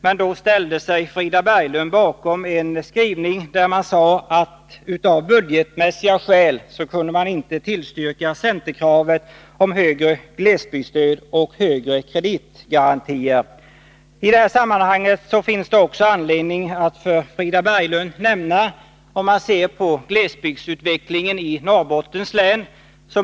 Men då ställde sig Frida Berglund bakom en skrivning i vilken sades att man av budgetmässiga skäl inte kunde stödja centerkravet på högre glesbygdsstöd och högre kreditgarantier. I detta sammanhang finns det också anledning att för Frida Berglund nämna något om glesbygdsutvecklingen i Norrbottens län.